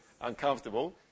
uncomfortable